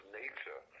nature